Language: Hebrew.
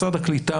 משרד הקליטה,